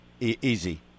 Easy